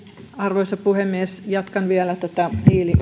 arvoisa puhemies jatkan vielä tätä